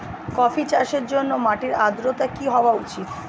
Coffee চাষের জন্য মাটির আর্দ্রতা কি হওয়া উচিৎ?